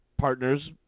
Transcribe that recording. partners